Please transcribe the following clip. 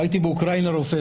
או הייתי באוקראינה רופא,